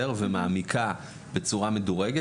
ומעמיקה בצורה מדורגת.